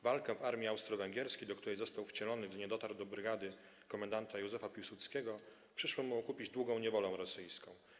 Walkę w armii austro-węgierskiej, do której został wcielony, gdy nie dotarł do brygady komendanta Józefa Piłsudskiego, przyszło mi okupić długą niewolą rosyjską.